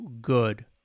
good